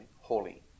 holy